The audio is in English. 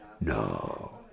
No